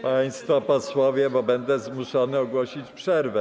Państwo posłowie, bo będę musiał ogłosić przerwę.